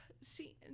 See